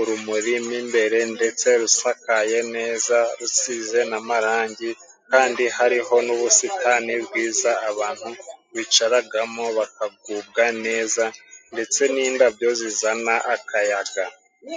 urumuri mo imbere ndetse rusakaye neza rusize n'amarangi kandi hariho n'ubusitani bwiza abantu bicaragamo bakagubwa neza ndetse n'indabyo zizana akayaga.